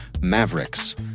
Mavericks